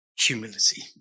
humility